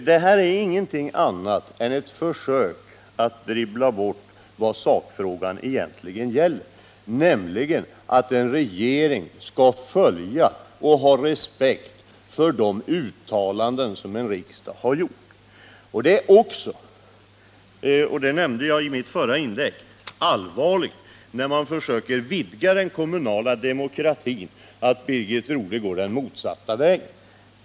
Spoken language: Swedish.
Det här är ingenting annat än ett försök att dribbla bort vad sakfrågan egentligen gäller, nämligen att en regering skall följa och ha respekt för de uttalanden som en riksdag har gjort. Det är också allvarligt — det nämnde jag i mitt förra inlägg — när man försöker vidga den kommunala demokratin, att Birgit Rodhe går den motsatta vägen.